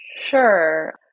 Sure